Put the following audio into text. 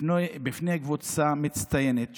בפני קבוצה מצטיינת,